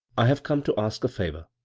i have come to ask a favor.